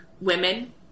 women